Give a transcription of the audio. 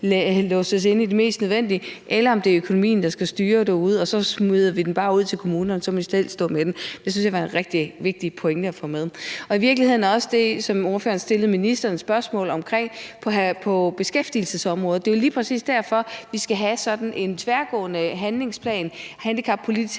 låses inde i det mest nødvendige, eller om det er økonomien, der skal styre derude, og så smider vi dem bare ud til kommunerne, og så må de selv stå med den. Det synes jeg var en rigtig vigtig pointe at få med. Det er i virkeligheden også det, som ordføreren stillede ministeren spørgsmål om på beskæftigelsesområdet. Det er lige præcis derfor, vi skal have sådan en tværgående handlingsplan, en handicappolitisk